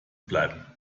bleiben